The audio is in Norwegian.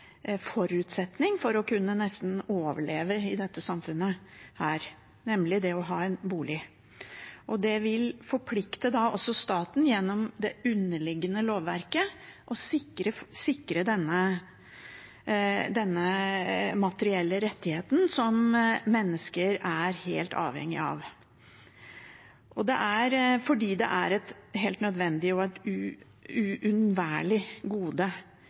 forutsetning for å kunne nesten overleve i dette samfunnet, nemlig det å ha en bolig. Det vil også forplikte staten gjennom det underliggende lovverket til å sikre denne materielle rettigheten som mennesker er helt avhengig av, fordi det er et helt nødvendig og uunnværlig gode